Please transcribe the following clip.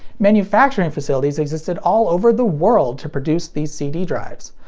manufacturing facilities existed all over the world to produce these cd drives.